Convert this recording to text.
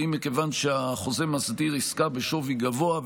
ואם מכיוון שהחוזה מסדיר עסקה בשווי גבוה,